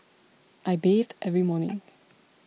I bathe every morning